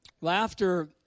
Laughter